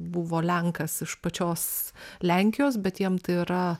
buvo lenkas iš pačios lenkijos bet jiem tai yra